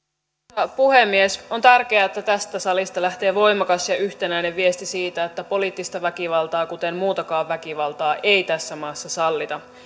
arvoisa puhemies on tärkeää että tästä salista lähtee voimakas ja yhtenäinen viesti siitä että poliittista väkivaltaa kuten muutakaan väkivaltaa ei tässä maassa sallita